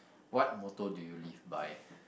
what motto do you live by